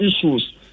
issues